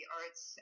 arts